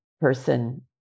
person